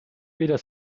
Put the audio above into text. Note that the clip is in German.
weder